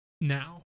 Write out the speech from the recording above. now